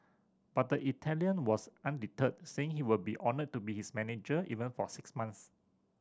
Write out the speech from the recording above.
but the Italian was undeterred saying he would be honoured to be its manager even for six months